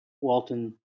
Walton